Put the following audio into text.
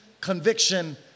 conviction